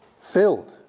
filled